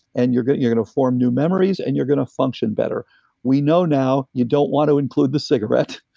and you're you're gonna form new memories, and you're gonna function better we know now, you don't want to include the cigarette.